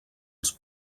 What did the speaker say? els